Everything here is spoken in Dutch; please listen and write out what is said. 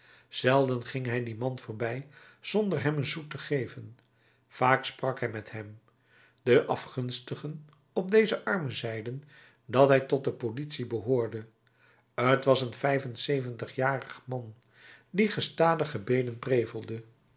zelden ging hij dien man voorbij zonder hem een sou te geven vaak sprak hij met hem de afgunstigen op dezen arme zeiden dat hij tot de politie behoorde t was een vijf en zeventigjarig man die gestadig gebeden prevelde